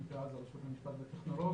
ונקראה אז הרשות למשפט וטכנולוגיה.